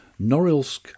Norilsk